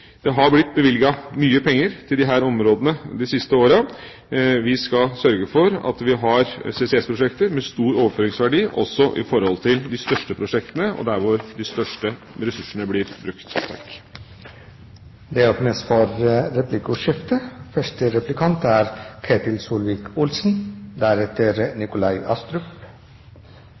Det har blitt bevilget mye penger til disse områdene de siste årene. Vi skal sørge for at vi har CCS-prosjekter med stor overføringsverdi også til de største prosjektene – og der de største ressursene blir brukt. Det blir replikkordskifte.